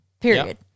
period